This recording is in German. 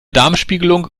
darmspiegelung